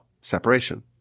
separation